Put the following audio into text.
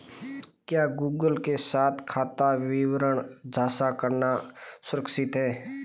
क्या गूगल के साथ खाता विवरण साझा करना सुरक्षित है?